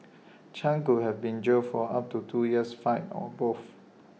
chan could have been jailed up to two years fined or both